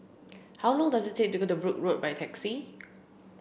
how long does it take to get to Brooke Road by taxi